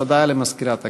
הודעה למזכירת הכנסת.